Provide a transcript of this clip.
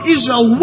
Israel